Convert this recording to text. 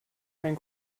kein